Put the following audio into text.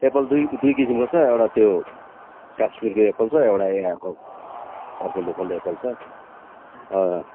Apple दुई किसिमको छ एउटा त्यो काश्मीरको एप्पल छ एउटा यो यहाँको अर्को लोकल एप्पल छ अँ